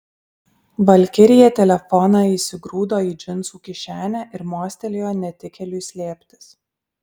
valkirija telefoną įsigrūdo į džinsų kišenę ir mostelėjo netikėliui slėptis